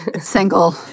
single